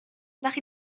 nach